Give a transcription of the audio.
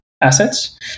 assets